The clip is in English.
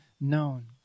known